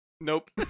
nope